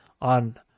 on